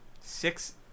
Six